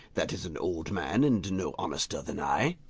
that is an old man and no honester than i.